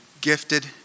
gifted